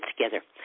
together